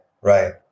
Right